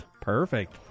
Perfect